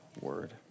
word